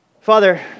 Father